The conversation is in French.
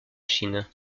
chine